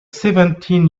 seventeen